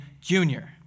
Junior